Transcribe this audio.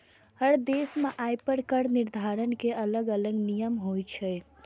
हर देश मे आय पर कर निर्धारण के अलग अलग नियम होइ छै